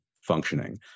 functioning